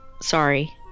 Sorry